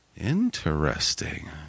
interesting